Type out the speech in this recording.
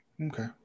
Okay